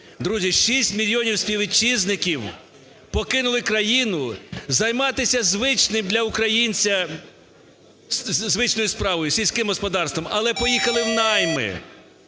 Друзі, 6 мільйонів співвітчизників покинули країну займатися, звичним для українця, звичною справою - сільським господарством, але поїхали в найми.